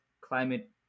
climate